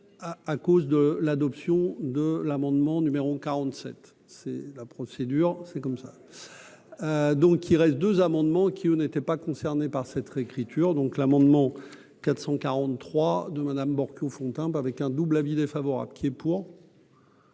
à cause de l'adoption de l'amendement numéro 47 c'est la procédure, c'est comme ça, donc il reste 2 amendements qui n'étaient pas concernés par cette réécriture, donc l'amendement 443 de Madame beaucoup Fontimp avec un double avis défavorable qui est pour.